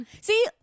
see